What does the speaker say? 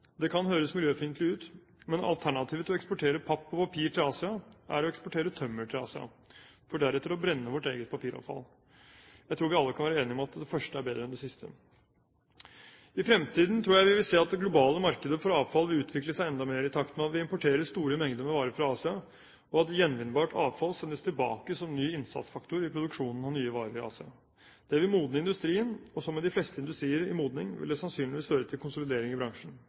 Det kan høres miljøfiendtlig ut, men alternativet til å eksportere papp og papir til Asia er å eksportere tømmer til Asia, for deretter å brenne vårt eget papiravfall. Jeg tror vi alle kan være enige om at det første er bedre enn det siste. I fremtiden tror jeg vi vil se at det globale markedet for avfall vil utvikle seg enda mer, i takt med at vi importerer store mengder med varer fra Asia, og at gjenvinnbart avfall sendes tilbake som ny innsatsfaktor i produksjonen av nye varer i Asia. Det vil modne industrien, og som med de fleste industrier i modning vil det sannsynligvis føre til konsolidering i bransjen.